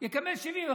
יקבל 75%,